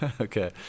Okay